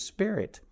Spirit